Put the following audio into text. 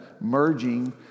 merging